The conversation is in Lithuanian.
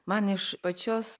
man iš pačios